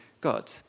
God